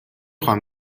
خوام